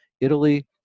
Italy